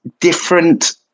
different